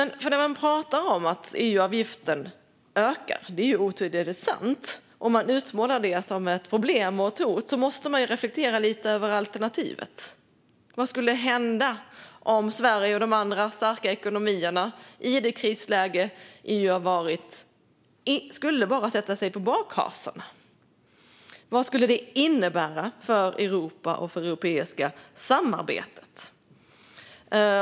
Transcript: När man pratar om att EU-avgiften ökar, vilket otvetydigt är sant, och utmålar det som ett problem och ett hot måste vi reflektera lite över alternativet. Vad skulle hända om Sverige och de andra starka ekonomierna i detta krisläge skulle sätta sig på bakhasorna? Vad skulle det innebära för Europa och det europeiska samarbetet?